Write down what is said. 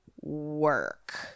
work